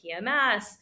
PMS